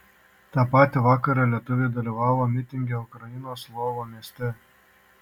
tą patį vakarą lietuviai dalyvavo mitinge ukrainos lvovo mieste